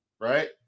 right